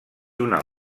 una